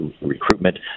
recruitment